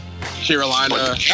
Carolina